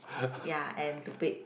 ya and to pick